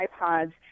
iPods